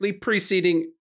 preceding